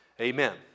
Amen